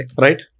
Right